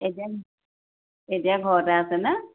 এতিয়া এতিয়া ঘৰতেটা আছে ন